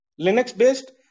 Linux-based